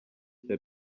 cya